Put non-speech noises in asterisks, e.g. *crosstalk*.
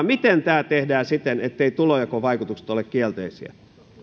*unintelligible* miten tämä tehdään siten etteivät tulonjakovaikutukset ole kielteisiä